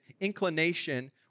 inclination